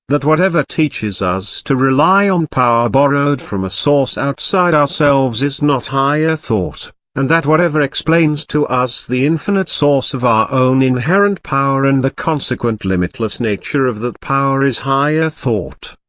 that whatever teaches us to rely on power borrowed from a source outside ourselves is not higher thought and that whatever explains to us the infinite source of our own inherent power and the consequent limitless nature of that power is higher thought.